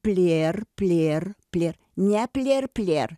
plier plier plier ne plier plier